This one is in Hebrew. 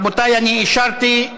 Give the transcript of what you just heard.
רבותיי, אני אישרתי,